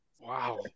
Wow